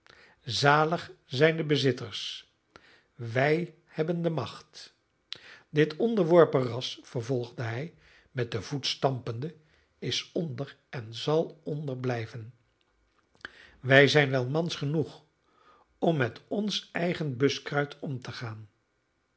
zalig zijn de bezitters wij hebben de macht dit onderworpen ras vervolgde hij met den voet stampende is onder en zal onder blijven wij zijn wel mans genoeg om met ons eigen buskruit om te gaan